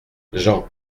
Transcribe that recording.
jean